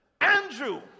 Andrew